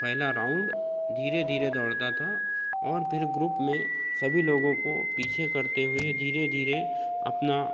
पहला राउंड धीरे धीरे दौड़ता था और फिर ग्रुप में सभी लोगों को पीछे करते हुए धीरे धीरे अपना